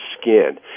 skin